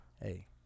Hey